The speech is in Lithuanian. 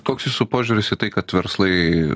koks jūsų požiūris į tai kad verslai